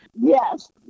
Yes